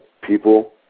people